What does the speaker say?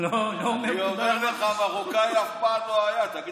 אני אומר לך, מרוקאי אף פעם לא היה.